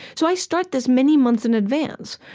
so i start this many months in advance.